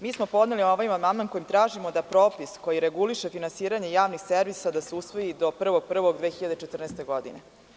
Mi smo podneli ovaj amandman kojim tražimo da propis koje reguliše finansiranje javnih servisa, da se usvoji do 01.01.2014. godine.